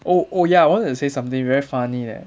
oh oh ya I wanted to say something very funny eh